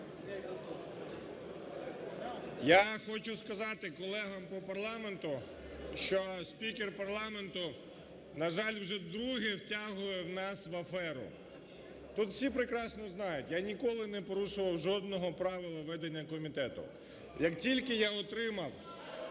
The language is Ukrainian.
Я хочу сказати колегам по парламенту, що спікер парламенту, на жаль, вже вдруге втягує нас в аферу. Тут всі прекрасно знають, я ніколи не порушував жодного правила ведення комітету, як тільки я отримав